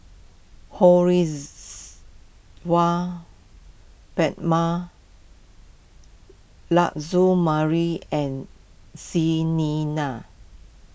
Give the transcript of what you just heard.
Ho Rihs Hwa Prema and Xi Ni